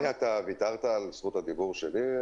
אדוני, אתה ויתרת על זכות הדיבור שלי?